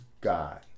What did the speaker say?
God